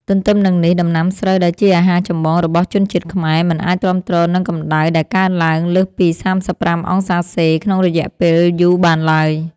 ទន្ទឹមនឹងនេះ ដំណាំស្រូវដែលជាអាហារចម្បងរបស់ជនជាតិខ្មែរ មិនអាចទ្រាំទ្រនឹងកម្ដៅដែលកើនឡើងលើសពី ៣៥°C ក្នុងរយៈពេលយូរបានឡើយ។